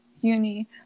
uni